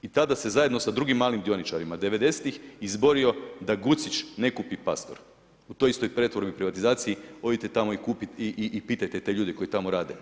I tada se zajedno sa drugim malim dioničarima devedesetih izborio da Gucić ne kupi Pastor u toj istoj pretvorbi i privatizaciji, odite tamo i pitajte te ljude koji tamo rade.